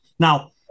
Now